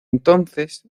entonces